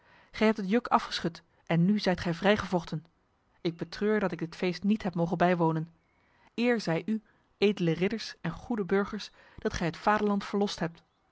gij hebt het juk afgeschud en nu zijt gij vrijgevochten ik betreur dat ik dit feest niet heb mogen bijwonen eer zij u edele ridders en goede burgers dat gij het vaderland verlost hebt